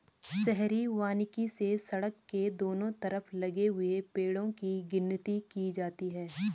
शहरी वानिकी से सड़क के दोनों तरफ लगे हुए पेड़ो की गिनती की जाती है